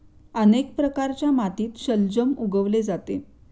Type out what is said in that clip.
अनेक प्रकारच्या मातीत शलजम उगवले जाते